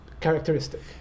characteristic